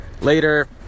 Later